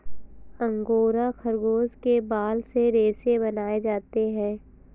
angora खरगोश के बाल से रेशे बनाए जाते हैं